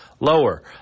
lower